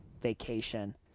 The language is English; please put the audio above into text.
Vacation